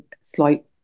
slight